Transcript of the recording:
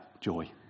joy